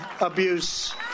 abuse